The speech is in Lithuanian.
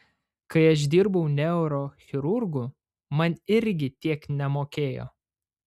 kai aš dirbau neurochirurgu man irgi tiek nemokėjo